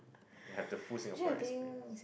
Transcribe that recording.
you have the full Singaporean experience